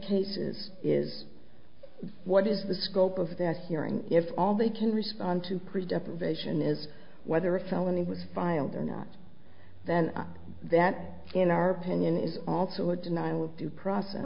cases is what is the scope of this hearing if all they can respond to pre death provision is whether a felony was filed or not then that in our opinion is also a denial of due process